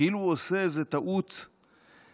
כאילו הוא עושה איזה טעות חמורה.